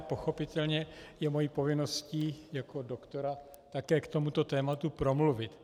Pochopitelně je mou povinností jako doktora také k tomuto tématu promluvit.